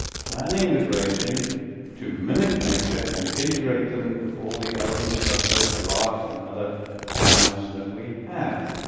planning the grazing to mimic nature and integrate them with all the elephants, buffalo, giraffe and other animals that we have.